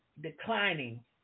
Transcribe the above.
declining